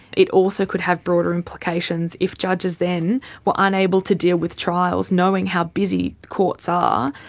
it also could have broader implications if judges then were unable to deal with trials, knowing how busy courts are,